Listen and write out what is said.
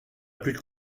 plus